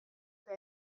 für